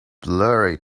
blurry